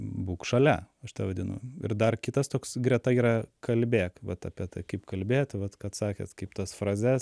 būk šalia aš tai vadinu ir dar kitas toks greta yra kalbėk vat apie ta kaip kalbėti vat kad sakėt kaip tas frazes